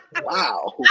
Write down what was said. wow